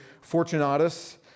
fortunatus